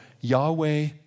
Yahweh